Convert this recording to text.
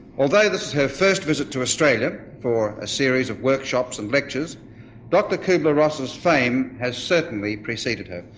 although this is her first visit to australia for a series of workshops and lectures dr kubler-ross's fame has certainly preceded her.